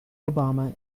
obama